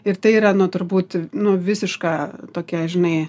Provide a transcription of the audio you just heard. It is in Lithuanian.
ir tai yra nu turbūt nu visiška tokia žinai